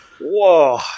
whoa